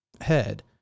head